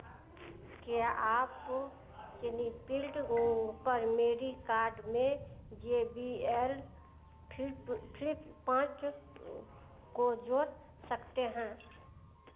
क्या आप स्निपिल्ड पर मेरी कार्ड में J B L flip flip पाँच को जोड़ सकते हैं